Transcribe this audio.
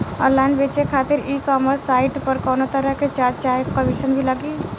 Online बेचे खातिर ecommerce site पर कौनोतरह के चार्ज चाहे कमीशन भी लागी?